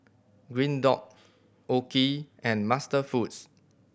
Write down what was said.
Green Dot OKI and MasterFoods